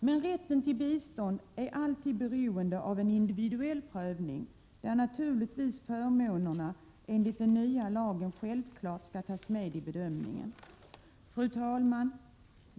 Men rätten till bistånd är alltid beroende av en individuell prövning, där förmånerna enligt den nya lagen självfallet skall tas med i bedömningen. Fru talman!